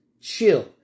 chill